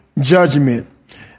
judgment